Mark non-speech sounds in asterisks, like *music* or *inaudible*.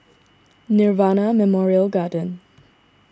*noise* Nirvana Memorial Garden